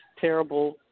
terrible